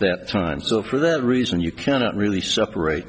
that time so for that reason you cannot really separate